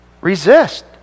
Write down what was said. resist